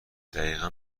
دقیقا